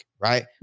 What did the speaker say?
right